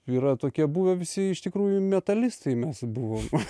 yra tokie buvę visi iš tikrųjų metalistai mes buvom